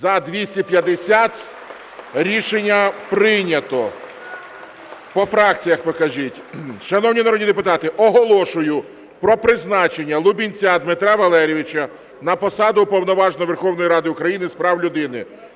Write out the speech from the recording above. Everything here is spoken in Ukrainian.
За-250 Рішення прийнято. По фракціях покажіть. Шановні народні депутати, оголошую про призначення Лубінця Дмитра Валерійовича на посаду Уповноваженого Верховної Ради України з прав людини.